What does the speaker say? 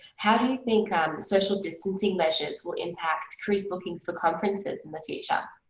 how do you think social-distancing measures will impact cruise bookings for conferences in the future?